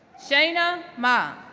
shaina ma,